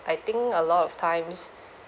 I think a lot of times